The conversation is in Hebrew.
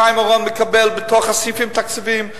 חיים אורון מקבל בתוך הסעיפים התקציביים.